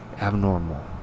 abnormal